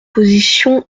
position